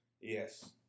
Yes